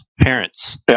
parents